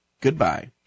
goodbye